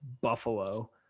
buffalo